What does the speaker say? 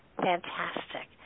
Fantastic